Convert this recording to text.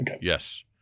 yes